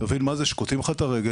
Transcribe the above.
תבין מה זה שקוטעים לך את הרגל,